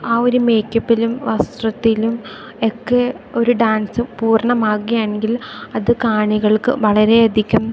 ആ ഒര് മേക്കപ്പിലും വസ്ത്രത്തിലും എക്കെ ഒര് ഡാൻസ് പൂർണ്ണമാകുകയാണെങ്കിൽ അത് കാണികൾക്ക് വളരെയധികം